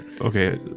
Okay